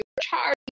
charge